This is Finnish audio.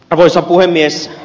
arvoisa puhemies